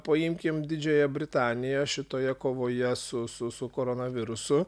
paimkim didžiąją britaniją šitoje kovoje su su su koronavirusu